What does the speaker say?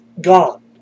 gone